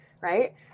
right